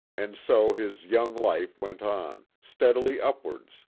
and so his young life went on, steadily up wards,